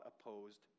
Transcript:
opposed